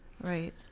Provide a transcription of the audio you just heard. Right